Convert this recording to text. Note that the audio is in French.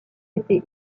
été